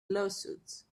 lawsuits